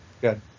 good